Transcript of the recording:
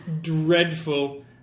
dreadful